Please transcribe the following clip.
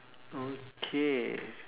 okay